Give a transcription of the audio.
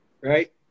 right